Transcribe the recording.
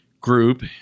group